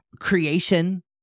creation